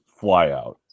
flyout